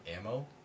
ammo